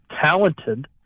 talented